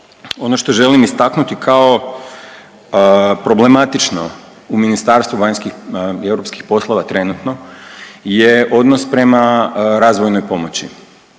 ono što želim istaknuti kao problematično u Ministarstvu vanjskih i europskih poslova trenutno je odnos prema razvojnoj pomoći,